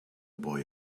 boy